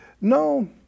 No